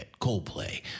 Coldplay